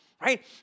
Right